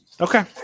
Okay